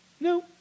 no